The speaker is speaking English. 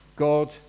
God